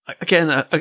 again